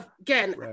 again